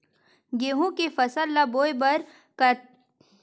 गेहूं के फसल ल बोय बर कातिक महिना बने रहि का?